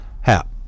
Hap